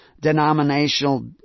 denominational